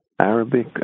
Arabic